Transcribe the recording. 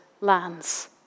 lands